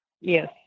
Yes